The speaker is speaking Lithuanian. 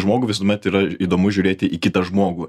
žmogui visuomet yra įdomu žiūrėti į kitą žmogų